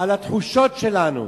על התחושות שלנו,